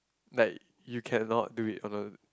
like you cannot do it on a